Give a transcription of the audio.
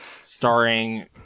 Starring